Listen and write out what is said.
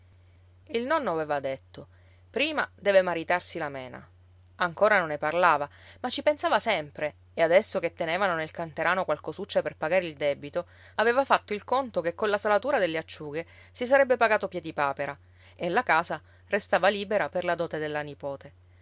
il nonno aveva detto prima deve maritarsi la mena ancora non ne parlava ma ci pensava sempre e adesso che tenevano nel canterano qualcosuccia per pagare il debito aveva fatto il conto che colla salatura delle acciughe si sarebbe pagato piedipapera e la casa restava libera per la dote della nipote